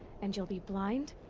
and you'll be blind.